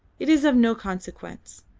it is of no consequence.